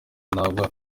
nawe